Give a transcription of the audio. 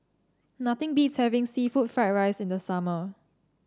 nothing beats having seafood Fried Rice in the summer